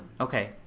Okay